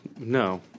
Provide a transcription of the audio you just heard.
No